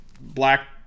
black